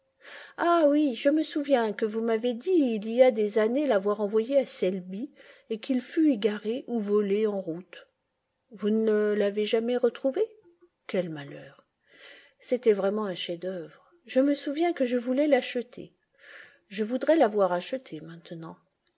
ah oui je me souviens que vous m'avez dit il y a des années l'avoir envoyé à selby et qu'il fut égaré ou volé en roule vous ne l'avez jamais retrouvé quel malheur c'était vraiment un chef-d'œuvre je me souviens que je voulais l'acheter je voudrais l'avoir acheté maintenant